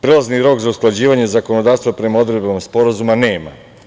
Prelazni rok za usklađivanje zakonodavstva prema odredbama sporazuma - nema.